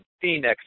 Phoenix